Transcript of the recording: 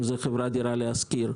אם זה חברת דירה להשכיר,